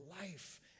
life